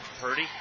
Purdy